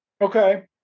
Okay